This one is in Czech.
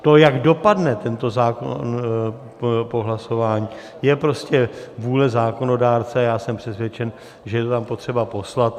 To, jak dopadne tento zákon po hlasování, je prostě vůle zákonodárce a já jsem přesvědčen, že je to tam potřeba poslat.